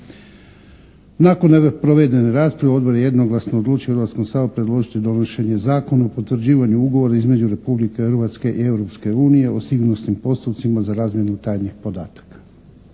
Nakon provedene rasprave, odbor je jednoglasno odlučio Hrvatskom saboru predložiti donošenje Zakona o potvrđivanju Ugovora između Republike Hrvatske i Europske unije o sigurnosnim postupcima za razmjenu tajnih podataka.